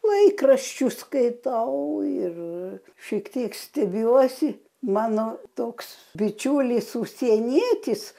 laikraščių skaitau ir šiek tiek stebiuosi mano toks bičiulis užsienietis